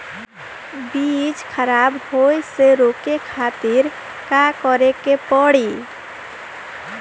बीज खराब होए से रोके खातिर का करे के पड़ी?